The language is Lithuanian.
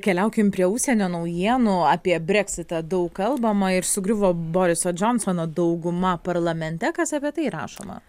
keliaukim prie užsienio naujienų apie breksitą daug kalbama ir sugriuvo boriso džonsono dauguma parlamente kas apie tai rašoma